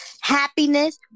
happiness